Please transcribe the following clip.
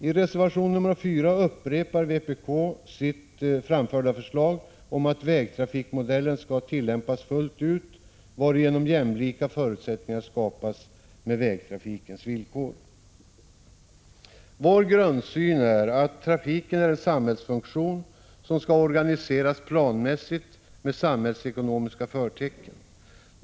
I reservation 4 upprepar vpk sitt tidigare framförda förslag att vägtrafikmodellen skall tillämpas fullt ut, varigenom jämlika förutsättningar skapas med vägtrafikens villkor. Vår grundsyn är att trafiken är en samhällsfunktion som skall organiseras planmässigt med samhällsekonomiska förtecken.